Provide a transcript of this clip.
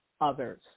others